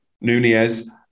Nunez